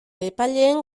epaileen